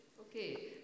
Okay